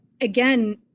again